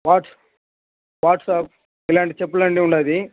watts WhatsApp ఇలాంటి చెప్పులు అన్నీ ఉంది